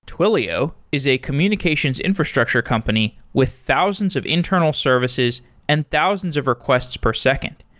twilio is a communications infrastructure company with thousands of internal services and thousands of requests per second.